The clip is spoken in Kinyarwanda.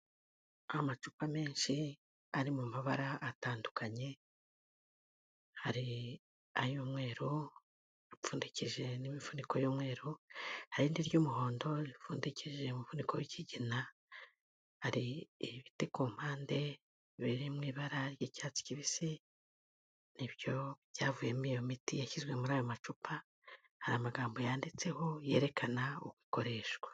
Amacupa menshi ari mu mabara atandukanye, hari ay'umweru upfundikishije n'imifuniko y'umweru, hari irindi ry'umuhondo ripfundikije imufuniko usa ikigina, hari ibiti ku mpande biri mu ibara ry'icyatsi kibisi nibyo byavuyemo iyo miti yashyizwe muri aya macupa, hari amagambo yanditseho yerekana uko ukoreshwa.